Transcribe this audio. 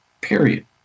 period